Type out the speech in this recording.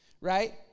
right